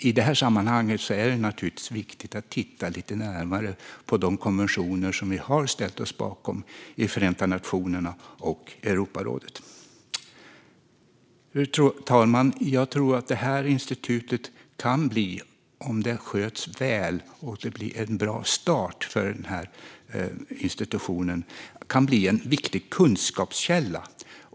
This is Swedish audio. I det här sammanhanget är det naturligtvis viktigt att titta lite närmare på de konventioner som vi har ställt oss bakom i Förenta nationerna och Europarådet. Fru talman! Jag tror att institutet, om det sköts väl och får en bra start, kan bli en viktig kunskapskälla.